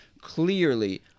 clearly